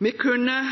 Vi kunne